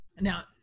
now